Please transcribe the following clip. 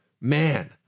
Man